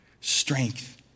strength